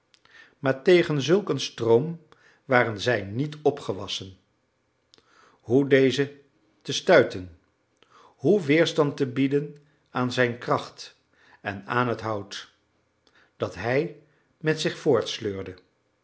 maar tegen zulk een stroom waren zij niet opgewassen hoe dezen te stuiten hoe weerstand te bieden aan zijn kracht en aan het hout dat hij met zich